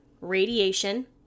radiation